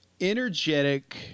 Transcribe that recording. energetic